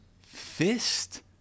fist